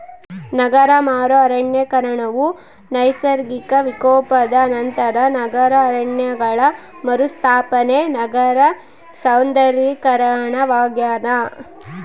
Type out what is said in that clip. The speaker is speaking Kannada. ನಗರ ಮರು ಅರಣ್ಯೀಕರಣವು ನೈಸರ್ಗಿಕ ವಿಕೋಪದ ನಂತರ ನಗರ ಅರಣ್ಯಗಳ ಮರುಸ್ಥಾಪನೆ ನಗರ ಸೌಂದರ್ಯೀಕರಣವಾಗ್ಯದ